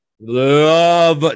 love